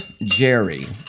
Jerry